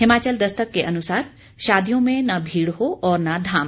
हिमाचल दस्तक के अनुसार शादियों में न भीड़ हो और न धाम